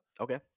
Okay